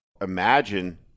Imagine